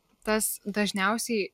tas dažniausiai